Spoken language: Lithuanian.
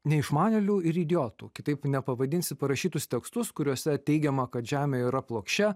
neišmanėlių ir idiotų kitaip nepavadinsi parašytus tekstus kuriuose teigiama kad žemė yra plokščia